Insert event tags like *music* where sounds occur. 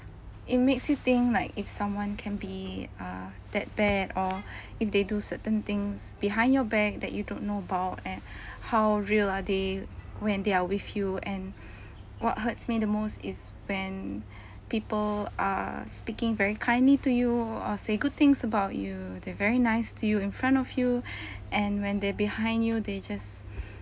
it makes you think like if someone can be uh that bad or *breath* if they do certain things behind your back that you don't know about and *breath* how real are they when they are with you and what hurts me the most is when *breath* people are speaking very kindly to you or say good things about you they very nice to you in front of you *breath* and when they behind you they just